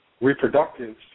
reproductive